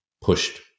pushed